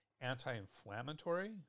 Anti-inflammatory